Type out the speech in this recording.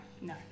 No